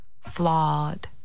flawed